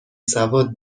سواد